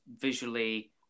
visually